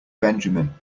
benjamin